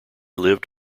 lived